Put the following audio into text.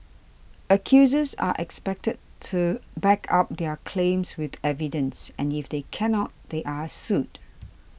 accusers are expected to back up their claims with evidence and if they cannot they are sued